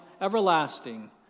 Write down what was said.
everlasting